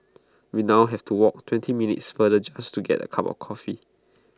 we now have to walk twenty minutes farther just to get A cup of coffee